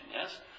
Yes